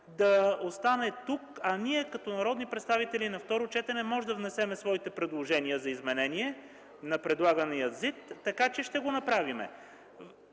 да остане тук, а ние като народни представители на второ четене може да внесем своите предложения за изменения на предлагания ЗИД, така че ще го направим